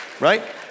right